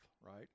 right